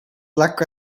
black